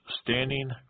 standing